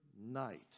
Night